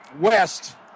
West